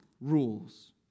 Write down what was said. rules